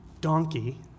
donkey